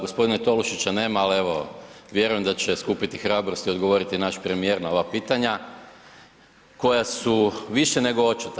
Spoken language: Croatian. Gospodina Tolušića nema, ali evo vjerujem da će skupiti hrabrosti i odgovoriti naš premijer na ova pitanja koja su više nego očita.